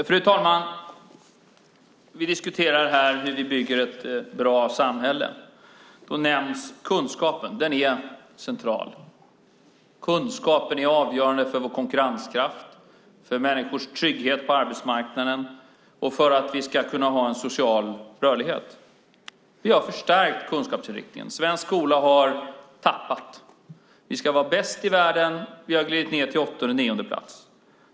Fru talman! Vi diskuterar här hur vi bygger ett bra samhälle. Då nämns kunskapen. Den är central. Kunskapen är avgörande för vår konkurrenskraft, för människors trygghet på arbetsmarknaden och för att vi ska kunna ha en social rörlighet. Vi har förstärkt kunskapsinriktningen. Svensk skola har tappat. Vi ska vara bäst i världen, men vi har glidit ned till åttonde nionde plats.